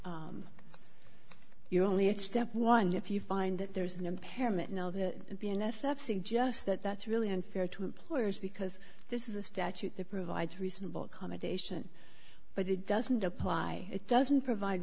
and you're only at step one if you find that there's an impairment now the b n f that suggests that that's really unfair to employers because this is a statute that provides reasonable accommodation but it doesn't apply it doesn't provide